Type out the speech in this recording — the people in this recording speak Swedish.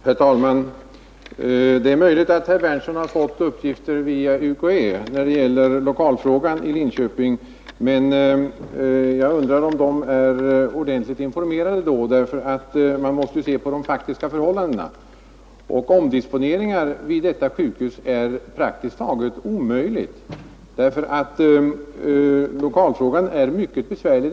Herr talman! Det är möjligt att herr Berndtson i Linköping har fått uppgifter via UKÄ beträffande lokalfrågan i Linköping, men jag undrar om man inom UK Ä i så fall är ordentligt informerad. Man måste se på de faktiska förhållandena; omdisponeringar vid detta sjukhus är praktiskt taget omöjliga, eftersom lokalfrågan redan är mycket besvärlig.